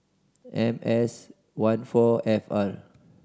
M S one four F R